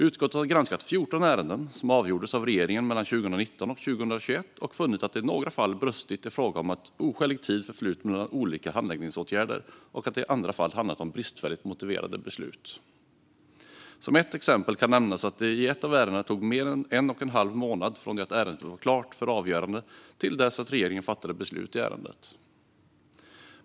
Utskottet har granskat 14 ärenden som avgjordes av regeringen mellan 2019 och 2021 och funnit att det i några fall brustit i fråga om att oskälig tid förflutit mellan olika handläggningsåtgärder och att det i andra fall handlat om bristfälligt motiverade beslut. Som ett exempel kan nämnas att det i ett av ärendena tog mer än en och en halv månad från det att ärendet var klart för avgörande till dess att regeringen fattade beslut i ärendet.